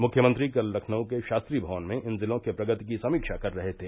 मृख्यमंत्री कल लखनऊ के शास्त्री भवन में इन जिलों के प्रगति की समीक्षा कर रहे थे